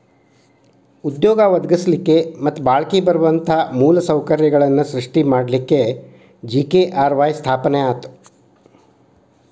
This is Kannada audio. ಉದ್ಯೋಗ ಒದಗಸ್ಲಿಕ್ಕೆ ಮತ್ತ ಬಾಳ್ಕಿ ಬರುವಂತ ಮೂಲ ಸೌಕರ್ಯಗಳನ್ನ ಸೃಷ್ಟಿ ಮಾಡಲಿಕ್ಕೆ ಜಿ.ಕೆ.ಆರ್.ವಾಯ್ ಸ್ಥಾಪನೆ ಆತು